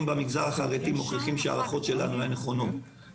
במגזר החרדי מוכיחים שההערכות שלנו היו נכונות ,